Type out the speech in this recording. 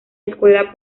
escuela